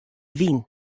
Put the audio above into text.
wyn